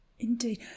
Indeed